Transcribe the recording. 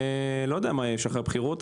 לא יודע מה יהיה אחרי הבחירות,